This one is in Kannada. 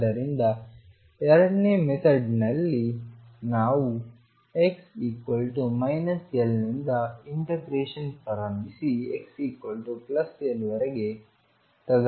ಆದ್ದರಿಂದ ಎರಡನೇ ಮೆಥಡ್ ನಲ್ಲಿ ನಾವು x−L ನಿಂದ ಇಂಟಿಗ್ರೇಷನ್ ಪ್ರಾರಂಭಿಸಿ xL ವರೆಗೆ